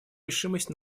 решимость